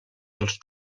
dels